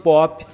Pop